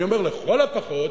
אני אומר, לכל הפחות